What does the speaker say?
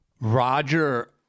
roger